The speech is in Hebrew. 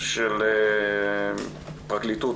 של פרקליטות,